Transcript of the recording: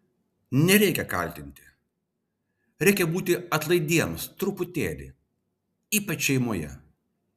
nereikia kaltinti reikia būti atlaidiems truputėlį ypač šeimoje